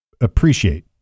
appreciate